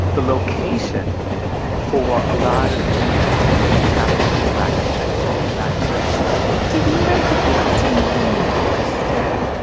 the location for a lot of the and activities happened to be in black communities and black churches do you write that they also met in the woods, too?